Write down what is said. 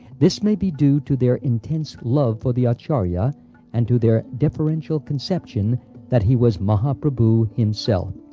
this may be due to their intense love for the acharya and to their deferential conception that he was mahaprabhu himself.